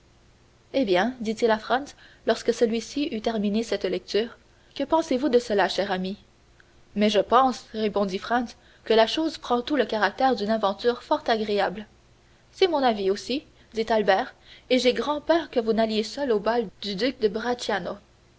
eh bien dit-il à franz lorsque celui-ci eut terminé cette lecture que pensez-vous de cela cher ami mais je pense répondit franz que la chose prend tout le caractère d'une aventure fort agréable c'est mon avis aussi dit albert et j'ai grand peur que vous n'alliez seul au bal du duc de